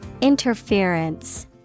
Interference